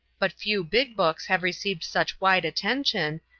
but few big books have received such wide attention,